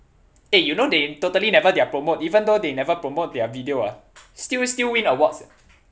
eh you know they totally never their promote even though they never promote their video ah still still win awards eh